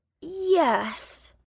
Yes